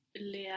le